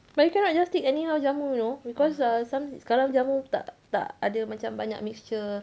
but you cannot just take anyhow jamu you know because err some sekarang jamu tak tak ada macam banyak mixture